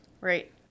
Right